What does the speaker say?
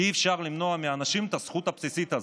כי אי-אפשר למנוע מאנשים את הזכות הבסיסית הזאת.